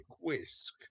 whisk